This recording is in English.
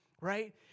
right